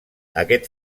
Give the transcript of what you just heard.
aquest